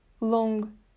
long